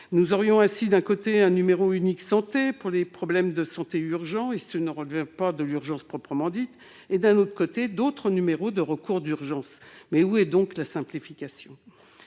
Nous aurions ainsi, d'un côté, un numéro unique santé pour les problèmes de santé urgents comme pour ceux qui ne relèveraient pas d'une urgence proprement dite et, d'un autre côté, d'autres numéros de recours d'urgence. Où est donc la simplification ?